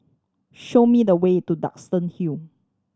show me the way to Duxton Hill